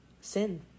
sin